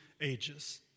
ages